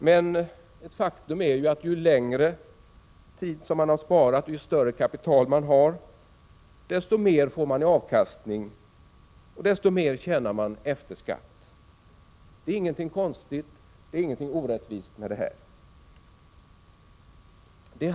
Men ett faktum är att ju längre tid man har sparat, ju större kapital man har, desto mer får man i avkastning, desto mer tjänar man efter skatt. Det är ingenting konstigt eller orättvist med detta.